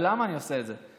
למה אני עושה את זה?